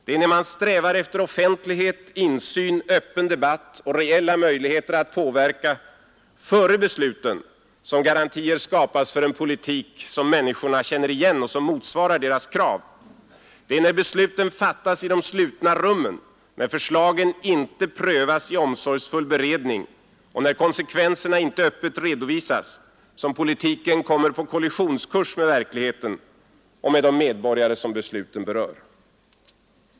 Det är när man strävar efter offentlighet, insyn, öppen debatt och reella möjligheter att påverka före besluten som garantier skapas för en politik som motsvarar människornas krav. Det är när besluten fattas i de slutna rummen, när förslagen inte prövas i omsorgsfull beredning och när konsekvenserna inte öppet redovisas som politiken kommer på kollisionskurs med verkligheten och med de medborgare som besluten berör.